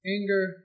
anger